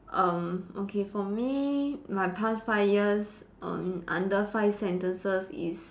um okay for me my past five years um under five sentences is